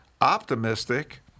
optimistic